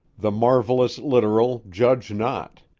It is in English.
the marvelous literal, judge not.